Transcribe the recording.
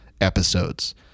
episodes